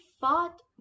fought